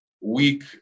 week